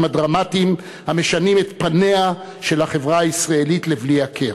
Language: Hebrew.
הדרמטיים המשנים את פניה של החברה הישראלית לבלי הכר.